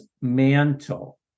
Mantle